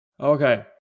Okay